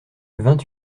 vingt